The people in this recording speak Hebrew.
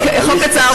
חוק קצר.